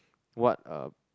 what are